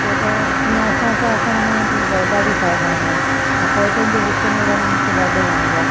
छो त जीअं असां साहु खणंदा आहियूं पौधा बि साहु खणंदा आहिनि ऐं पौधनि जे विच में रहणु मूंखे ॾाढो वणंदो आहे